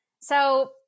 So-